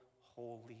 holy